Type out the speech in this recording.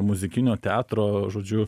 muzikinio teatro žodžiu